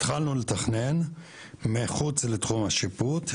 התחלנו לתכנן מחוץ לתחום השיפוט,